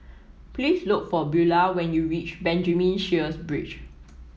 Please look for Beulah when you reach Benjamin Sheares Bridge